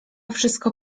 wszystko